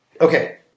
Okay